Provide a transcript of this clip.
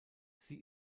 sie